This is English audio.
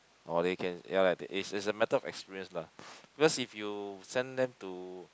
or they can yeah lah is is a matter of experience lah because if you send them to